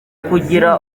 kugira